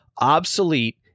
obsolete